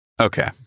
Okay